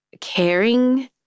caring